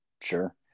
sure